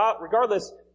Regardless